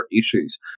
issues